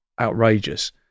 outrageous